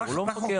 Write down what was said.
הוא לא מפקח.